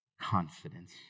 confidence